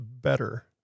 better